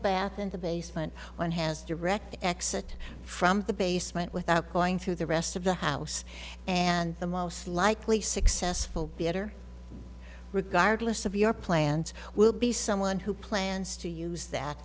bath in the basement one has direct exit from the basement without going through the rest of the house and the most likely successful bitter regardless of your plans will be someone who plans to use that